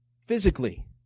physically